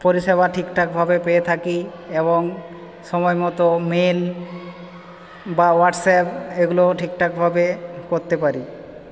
পরিষেবা ঠিকঠাকভাবে পেয়ে থাকি এবং সময় মতো মেল বা হোয়াটসঅ্যাপ এগুলোও ঠিকঠাকভাবে করতে পারি